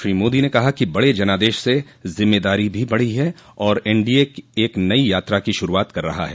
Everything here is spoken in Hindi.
श्री मोदी ने कहा कि बड़े जनादेश से जिम्मेदारी भी बढ़ी है और एनडीए एक नई यात्रा की शुरूआत कर रहा है